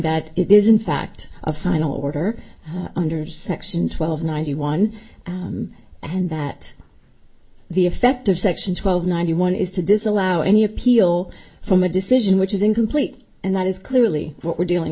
that it is in fact a final order under six in twelve ninety one and that the effect of section twelve ninety one is to disallow any appeal from a decision which is incomplete and that is clearly what we're dealing